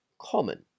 common